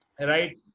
right